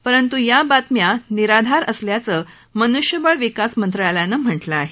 परंतु या बातम्या निराधार असल्याचं मनुष्यबळ विकास मंत्रालयानं म्हटलं आहे